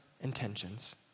intentions